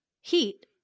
heat